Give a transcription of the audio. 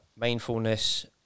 mindfulness